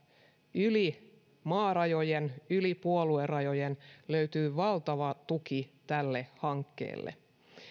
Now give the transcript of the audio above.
yli maarajojen yli puoluerajojen löytyi valtava tuki tälle hankkeelle